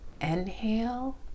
inhale